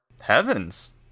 Heavens